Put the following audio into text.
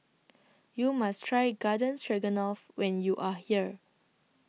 YOU must Try Garden Stroganoff when YOU Are here